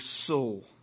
soul